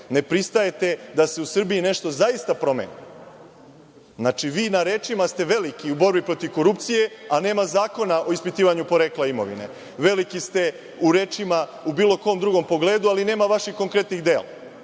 Ne pristajete da se u Srbiji nešto zaista promeni. Znači, vi na rečima ste veliki u borbi protiv korupcije, a nema zakona o ispitivanju porekla imovine. Veliki ste u rečima, u bilo kom drugom pogledu, ali nema vaših konkretnih dela.